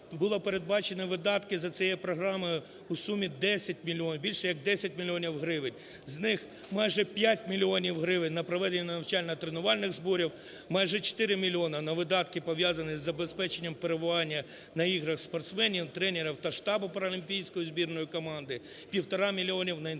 було передбачено видатки за цією програмою у сумі 10 мільйонів, більше як 10 мільйонів гривень. З них майже 5 мільйонів гривень – на проведення навчально-тренувальних зборів, майже 4 мільйони – на видатки, пов'язані із забезпеченням перебування на іграх спортсменів, тренерів та штабу паралімпійської збірної команди, 1,5 мільйона – на інформаційне